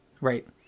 Right